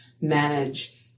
manage